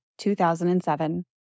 2007